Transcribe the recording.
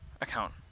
account